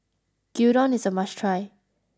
Gyudon is a must try